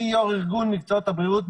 אני יושב ראש ארגון מקצועות הבריאות,